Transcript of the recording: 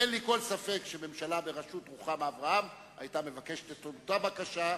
אין לי כל ספק שממשלה בראשות רוחמה אברהם היתה מבקשת את אותה בקשה,